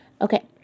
Okay